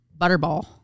butterball